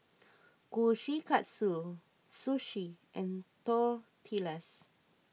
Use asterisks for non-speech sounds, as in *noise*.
Kushikatsu Sushi and *noise* Tortillas